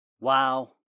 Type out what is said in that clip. wow